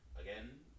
again